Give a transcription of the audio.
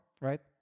right